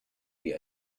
wie